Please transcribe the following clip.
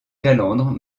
calandre